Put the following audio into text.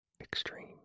extreme